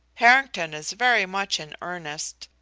harrington is very much in earnest.